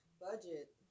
Budget